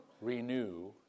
renew